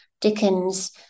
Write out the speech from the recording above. Dickens